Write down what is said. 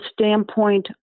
standpoint